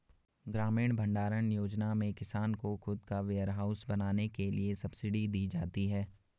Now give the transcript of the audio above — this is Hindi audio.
ग्रामीण भण्डारण योजना में किसान को खुद का वेयरहाउस बनाने के लिए सब्सिडी दी जाती है